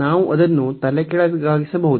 ನಾವು ಅದನ್ನು ತಲೆಕೆಳಗಾಗಿಸಬಹುದು